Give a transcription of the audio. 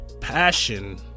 passion